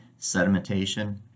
sedimentation